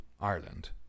Ireland